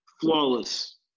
Flawless